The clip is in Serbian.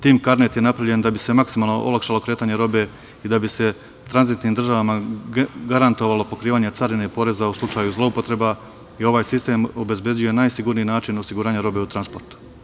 Taj TIM karnet je napravljen da bi se maksimalno olakšalo kretanje robe i da bi se tranzitnim državama garantovalo pokrivanje carine poreza u slučaju zloupotreba i ovaj sistem obezbeđuje najsigurniji način osiguranja robe u transportu.